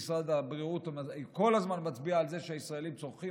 משרד הבריאות כל הזמן מצביע על זה שהישראלים צורכים